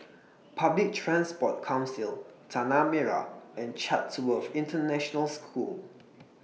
Public Transport Council Tanah Merah and Chatsworth International School